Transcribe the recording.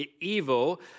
evil